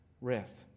rest